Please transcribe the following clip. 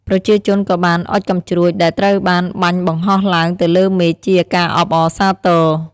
ប្រជាជនក៏បាន អុជកាំជ្រួច ដែលត្រូវបានបាញ់បង្ហោះឡើងទៅលើមេឃជាការអបអរសាទរ។